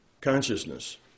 consciousness